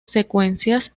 secuencias